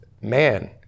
man